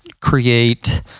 create